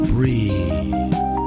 Breathe